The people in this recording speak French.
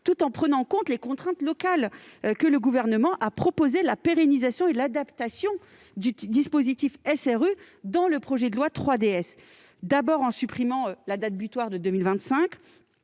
tout en prenant en compte les contraintes locales, que le Gouvernement a proposé la pérennisation et l'adaptation du dispositif SRU dans le projet de loi 3DS. Il a ainsi supprimé la date butoir de 2025